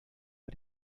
bei